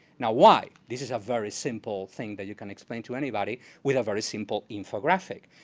now, why? this is a very simple thing that you can explain to anybody with a very simple infographic.